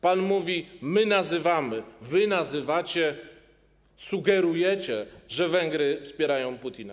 Pan mówi: my nazywamy, wy nazywacie, sugerujecie, że Węgry wspierają Putina.